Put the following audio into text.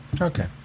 okay